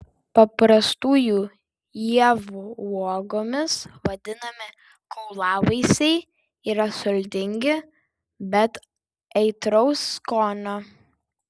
paprastųjų ievų uogomis vadinami kaulavaisiai yra sultingi bet aitraus skonio